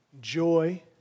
joy